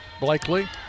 Blakely